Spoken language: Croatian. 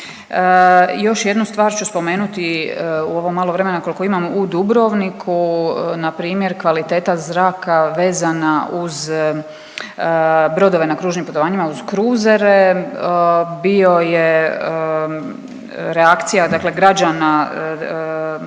još jednu stvar ću spomenuti u ovo malo vremena koliko imam, u Dubrovniku npr. kvaliteta zraka vezana uz brodove na kružnim putovanjima uz kruzere, bio je reakcija dakle